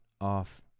off